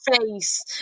face